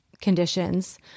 conditions